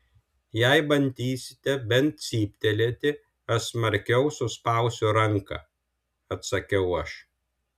jei bandysite bent cyptelėti aš smarkiau suspausiu ranką atsakiau aš